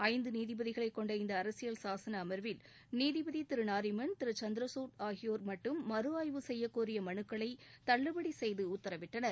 ஐந்து நீதிபதிகளைக் கொண்ட இந்த அரசியல் சாசன அமாவில் நீதிபதி திரு நரிமண் திரு சந்திரகுட் ஆகியோர் மட்டும் மறு ஆய்வு செய்யக்கோரிய மனுக்களை தள்ளுபடி செய்து உத்தரவிட்டனர்